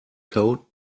coat